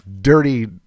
dirty